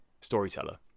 storyteller